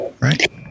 right